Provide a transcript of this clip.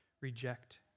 reject